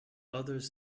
others